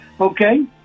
Okay